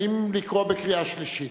האם להצביע בקריאה שלישית?